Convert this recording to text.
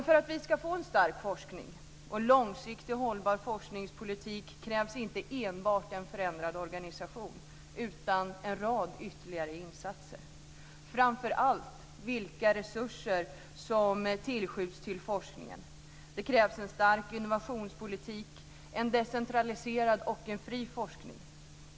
För att vi ska få en stark forskning och långsiktig och hållbar forskningspolitik krävs inte enbart en förändrad organisation utan en rad ytterligare insatser, framför allt vilka resurser som skjuts till forskningen. Det krävs en stark innovationspolitik, en decentraliserad och fri forskning.